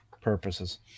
purposes